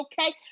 Okay